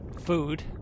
food